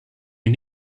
you